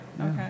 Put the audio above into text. okay